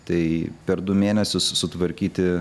tai per du mėnesius sutvarkyti